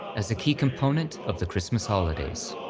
as the key component of the christmas holidays.